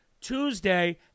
Tuesday